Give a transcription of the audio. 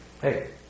hey